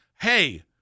hey –